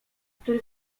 który